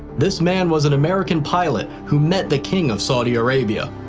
this man was an american pilot who met the king of saudi arabia.